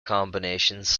combinations